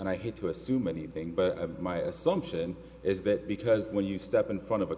and i hate to assume anything but my assumption is that because when you step in front of a